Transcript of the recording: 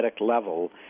level